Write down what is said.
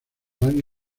dan